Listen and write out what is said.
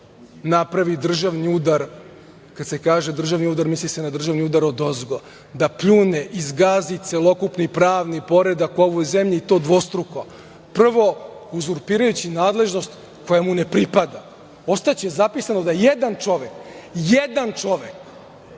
napravi državni udar, kad se kaže državni udar, misli se na državni udar odozgo, da pljune i zgazi celokupni pravni poredak u ovoj zemlji i to dvostruko, prvo uzurpirajući nadležnost koja mu ne pripada. Ostaće zapisano da jedan čovek, jedan čovek,